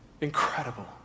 Incredible